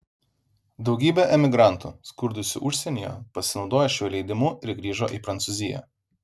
daugybė emigrantų skurdusių užsienyje pasinaudojo šiuo leidimu ir grįžo į prancūziją